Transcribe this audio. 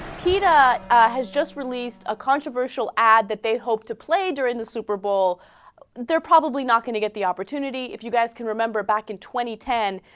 and has just released a controversial ad that they hope to play during the superbowl they're probably not gonna get the opportunity if you guys can remember back in twenty ten